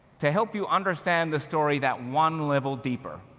to help you understand the story that one level deeper.